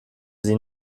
sie